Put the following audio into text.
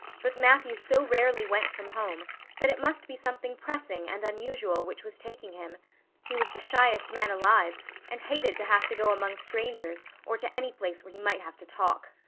but matthew so rarely went from home that it must be something pressing and unusual which was taking him he was the shyest man alive and hated to have to go among strangers or to any place where he might have to talk.